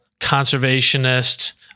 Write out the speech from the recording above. conservationist